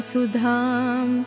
Sudham